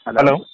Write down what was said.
Hello